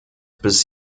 bis